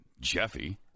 Jeffy